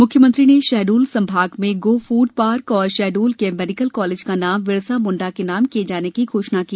मुख्यमंत्री ने शहडोल संभाग मे गो फूड पार्क और शहडोल के मेडिकल कालेज का नाम विरसा मुंडा के नाम किये जाने की घोषणा की